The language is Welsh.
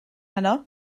heno